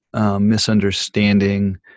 Misunderstanding